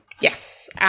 Yes